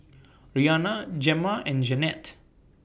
Rhianna Gemma and Jeannette